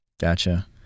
gotcha